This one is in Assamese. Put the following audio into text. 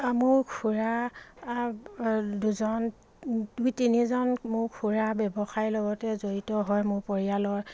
মোৰ খুৰা দুজন দুই তিনিজন মোৰ খুৰা ব্যৱসায়ৰ লগতে জড়িত হয় মোৰ পৰিয়ালৰ